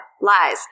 lies